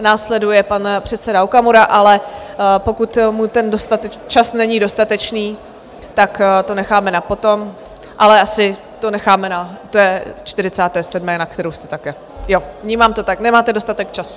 Následuje pan předseda Okamura, ale pokud ten čas není dostatečný, tak to necháme na potom, ale asi to necháme na té čtyřicáté sedmé, na kterou jste také... jo, vnímám to tak, nemáte dostatek času.